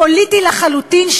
זה חוק פוליטי לחלוטין,